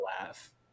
laugh